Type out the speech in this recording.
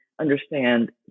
understand